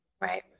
right